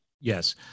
Yes